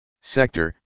sector